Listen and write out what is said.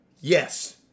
Yes